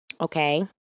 okay